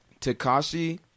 Takashi